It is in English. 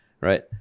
right